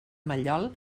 mallol